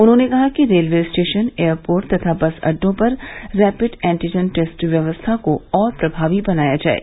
उन्होंने कहा कि रेलवे स्टेशन एयरपोर्ट तथा बस अड्डों पर रैपिड टेस्ट एंटीजन व्यवस्था को और प्रभावी बनाया जाये